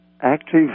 active